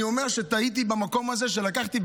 אני אומר שטעיתי במקום הזה שלקחתי,